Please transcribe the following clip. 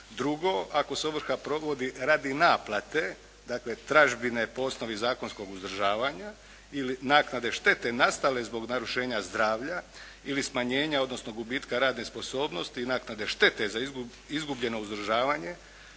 Drugo, ako se ovrha provodi radi naplate, dakle tražbine po osnovi zakonskog uzdržavanja ili naknade štete nastale zbog narušenja zdravlja ili smanjenja odnosno gubitka rane sposobnosti i naknade štete za izgubljeno uzdržavanje